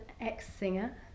ex-singer